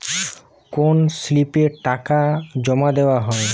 কোন স্লিপে টাকা জমাদেওয়া হয়?